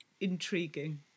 intriguing